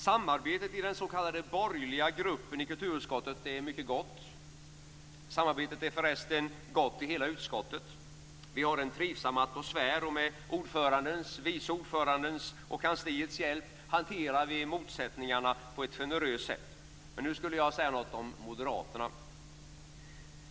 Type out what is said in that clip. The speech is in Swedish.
Samarbetet i den s.k. borgerliga gruppen i kulturutskottet är mycket gott - samarbetet är förresten gott i hela utskottet; vi har en trivsam atmosfär och med ordförandens, vice ordförandens och kansliets hjälp hanterar vi motsättningarna på ett generöst sätt - men nu skulle jag säga något om moderaterna.